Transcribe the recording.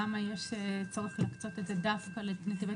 למה יש צורך להקצות את זה דווקא לנתיבי